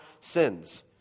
sins